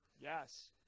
Yes